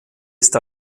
ist